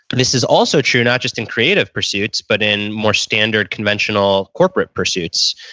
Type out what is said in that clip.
this is also true not just in creative pursuits, but in more standard conventional corporate pursuits.